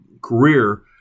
career